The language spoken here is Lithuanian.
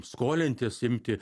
skolintis imti